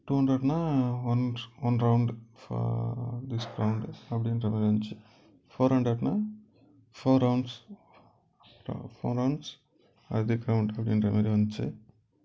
two ஹண்ட்ரடுனா once one round for this ground அப்படின்ற மாதிரி வந்துச்சு ஃபோர் ஹண்ட்ரடுனா ஃபோர் ரவுண்ட்ஸ் ஃபோர் ரவுண்ட்ஸ் அது அப்படின்ற மாதிரி வந்துச்சு